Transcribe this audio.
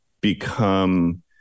become